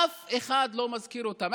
אף אחד לא מזכיר אותם.